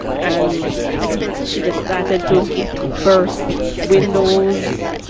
and it just started to burst windows.